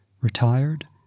retired